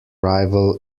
rival